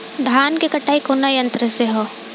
धान क कटाई कउना यंत्र से हो?